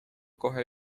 kohe